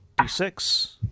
d6